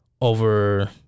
over